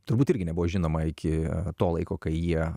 turbūt irgi nebuvo žinoma iki to laiko kai jie